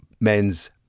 men's